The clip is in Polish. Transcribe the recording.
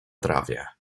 trawie